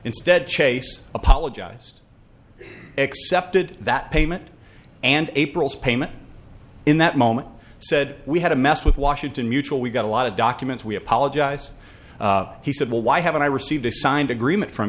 instead chase apologized accepted that payment and april's payment in that moment said we had a mess with washington mutual we got a lot of documents we apologize he said well why haven't i received a signed agreement from